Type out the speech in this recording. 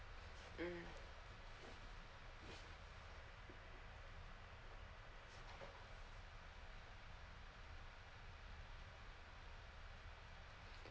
mm